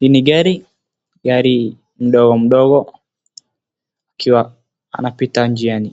Hii ni gari ,gari mdogo mdogo, akiwa anapita njiani